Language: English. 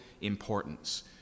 importance